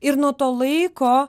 ir nuo to laiko